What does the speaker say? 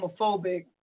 homophobic